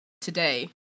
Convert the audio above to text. today